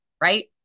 Right